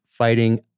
fighting